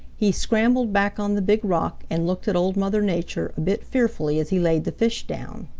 he scrambled back on the big rock and looked at old mother nature a bit fearfully as he laid the fish down.